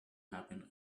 happen